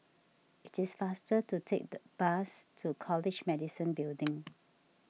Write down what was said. it is faster to take the bus to College Medicine Building